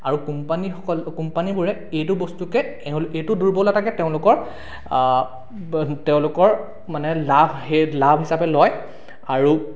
আৰু কোম্পানীসকল কোম্পানীবোৰে এইটো বস্তুকে এইটো দুৰ্বলতাকে তেওঁলোকৰ তেওঁলোকৰ মানে লাভ আহে লাভ হিচাপে লয় আৰু